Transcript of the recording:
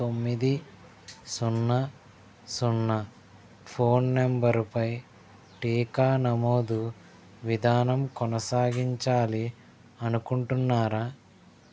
తొమ్మిది సున్నా సున్నా ఫోన్ నంబర్పై టీకా నమోదు విధానం కొనసాగించాలి అనుకుంటున్నారా